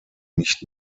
nicht